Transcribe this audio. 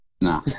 Nah